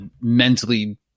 mentally